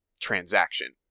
transaction